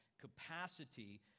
capacity